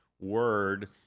word